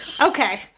Okay